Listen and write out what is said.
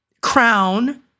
crown